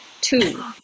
Two